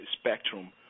spectrum